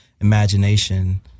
imagination